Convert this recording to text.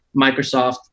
Microsoft